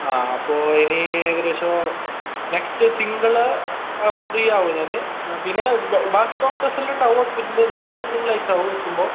ആ അപ്പോൾ ഇനി ഏകദേശം നെക്സ്റ്റ് തിങ്കൾ ആവുമ്പോൾ ഫ്രീ ആവും ഞാൻ പിന്നെ ബാക്കി ഡോക്ടേഴ്സ് എല്ലാം ഉണ്ടാവും ഹോസ്പിറ്റല് ഞാൻ തിങ്കളാഴ്ച ആവും എത്തുമ്പോൾ